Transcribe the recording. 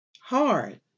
hard